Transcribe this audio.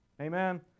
Amen